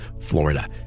Florida